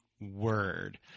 word